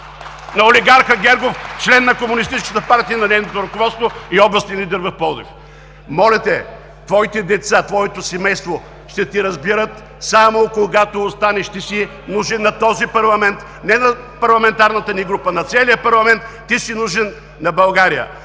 на комунистическата партия и на нейното ръководство и областен лидер в Пловдив. Моля те, твоите деца, твоето семейство ще те разберат само когато останеш. Ти си нужен на този парламент – не на парламентарната ни група, на целия парламент, ти си нужен на България.